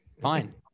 fine